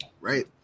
right